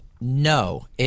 No